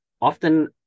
often